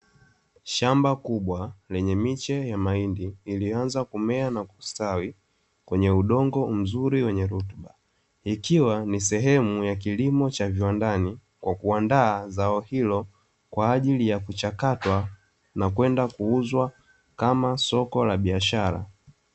Shamba kubwa lenye miche ya mahindi iliyoanza kumea na kustawi kwenye udongo mzuri wenye rutuba, ikiwa ni sehemu ya kilimo cha viwandani kwa kuandaa zao hilo kwaajili ya kuchakatwa na kwenda kuuzwa kama soko la biashara.